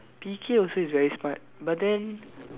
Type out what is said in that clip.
P K also is very smart but then